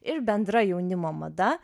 ir bendra jaunimo mada